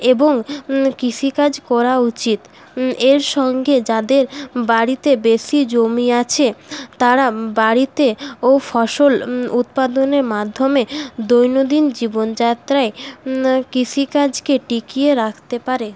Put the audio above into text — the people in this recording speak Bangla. এবং কৃষিকাজ করা উচিৎ এর সঙ্গে যাদের বাড়িতে বেশী জমি আছে তারা বাড়িতেও ফসল উৎপাদনের মাধ্যমে দৈনন্দিন জীবনযাত্রায় কৃষিকাজকে টিকিয়ে রাখতে পারে